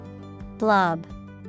Blob